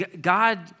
God